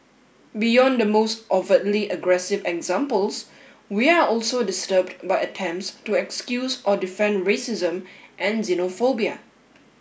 beyond the most overtly aggressive examples we are also disturbed by attempts to excuse or defend racism and xenophobia